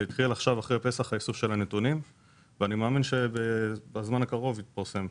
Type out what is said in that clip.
אחרי פסח התחיל איסוף של נתונים שאני מאמין שבזמן הקרוב יתפרסם.